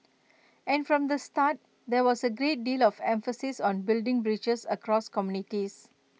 and from the start there was A great deal of emphasis on building bridges across communities